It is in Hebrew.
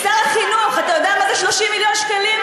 שר החינוך, אתה יודע מה זה 30 מיליון שקלים?